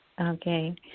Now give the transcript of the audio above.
Okay